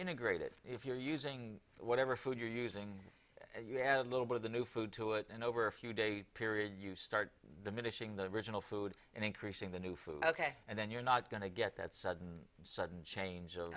integrate it if you're using whatever food you're using you have a little bit of the new food to it and over a few days a period you start missing the original food and increasing the new food ok and then you're not going to get that sudden sudden change of